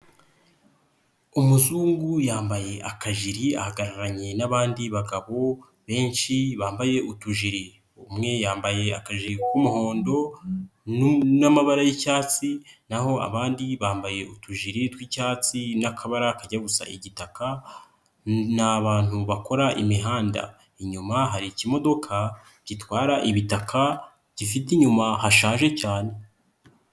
Umuzungu yambaye akajiri ahagararanye n'abandi bagabo benshi bambaye utujiri, umwe yambaye akajiri k'umuhondo n'amabara y'icyatsi naho abandi bambaye utujiri tw'icyatsi n'akabara kajya gusa igitaka, ni abantu bakora imihanda, inyuma hari ikimodoka gitwara ibitaka gifite inyuma hashaje cyane.